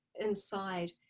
inside